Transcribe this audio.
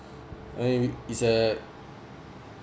uh is a